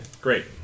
great